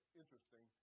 interesting